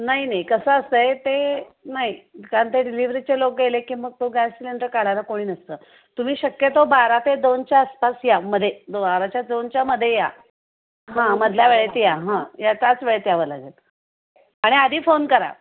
नाही नाही कसं असतं आहे ते नाही कारण ते डिलेवरीचे लोक गेले की मग तो गॅस सिलेंडर काढायला कोणी नसतं तुम्ही शक्यतो बारा ते दोनच्या आसपास या मध्ये दो बाराच्या दोनच्या मध्ये या हा मधल्या वेळेत या हां या त्याच वेळेत यावं लागेल आणि आधी फोन करा